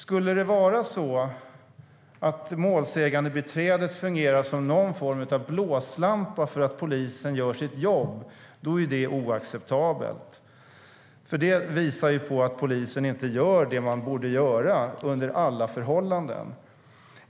Skulle det vara så att målsägandebiträdet fungerar som någon form av blåslampa för att polisen ska göra sitt jobb är det oacceptabelt, för det visar att polisen inte gör det den under alla förhållanden borde göra.